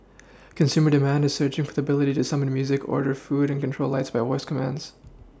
consumer demand is surging for the ability to summon music order food and control lights by voice commands